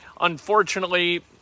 unfortunately